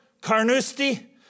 Carnoustie